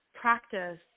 practice